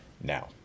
now